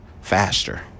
faster